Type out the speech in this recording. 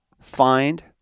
find